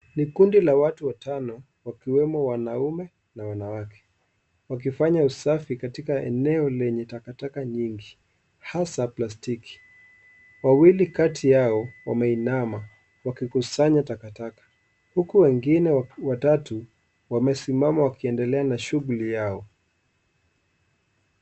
Ni kundi la watu watano, wakiwemo wanaume na wanawake. Wakifanya usafi katika eneo lenye takataka nyingi hasa plastiki. Wawili kati yao, wameinama wakikusanya takataka. Huku wengine watatu, wamesimama wakiendelea na shughuli yao.